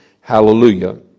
hallelujah